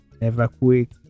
Evacuate